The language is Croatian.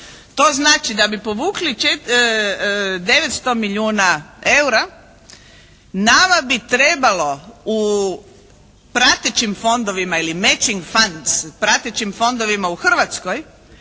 To znači da bi povukli 900 milijuna eura nama bi trebalo u pratećim fondovima ili matching founds, pratećim fondovima u Hrvatskoj